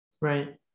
Right